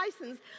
license